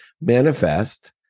manifest